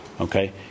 okay